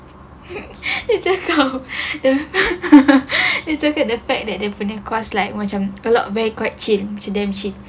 dia cakap dia cakap the fact that dia punya course like macam a lot of them very chill damn chill